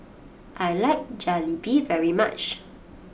I like Jalebi very much